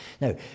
Now